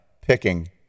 picking